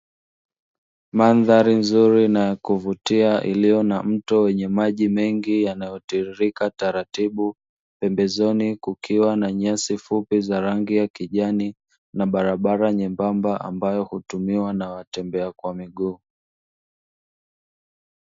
Mandhari nzuri na ya kuvutia iliyo na mto wenye maji mengi yanayotiririka taratibu, pembezoni kukiwa na nyasi fupi za rangi ya kijani, na barabara nyembamba ambayo hutumiwa na watembea kwa miguu.